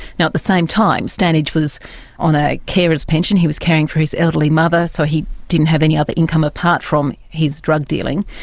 at the same time standage was on a carer's pension, he was caring for his elderly mother, so he didn't have any other income apart from his drug dealing,